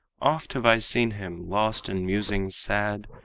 oft have i seen him lost in musings sad,